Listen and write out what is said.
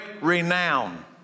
renown